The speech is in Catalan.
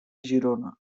girona